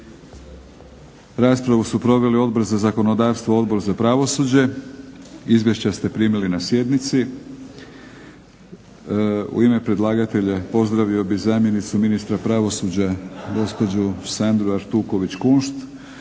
Raspravu su proveli Odbor za zakonodavstvo, Odbor za pravosuđe. Izvješća ste primili na sjednici. U ime predlagatelja pozdravio bih zamjenicu ministra pravosuđa gospođu Sandru Artuković Kunšt.